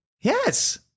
Yes